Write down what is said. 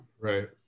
Right